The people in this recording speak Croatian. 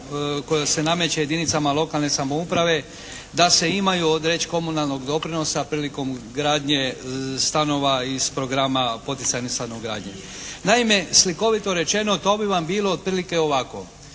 koja se nameće jedinicama lokalne samouprave da se imaju odreć' komunalnog doprinosa prilikom gradnje stanova iz Programa poticajne stanogradnje. Naime, slikovito rečeno to bi vam bilo otprilike ovako.